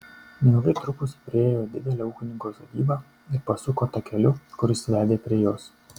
neilgai trukus priėjo didelę ūkininko sodybą ir pasuko takeliu kuris vedė prie jos